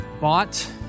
bought